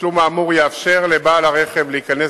התשלום האמור יאפשר לבעל הרכב להיכנס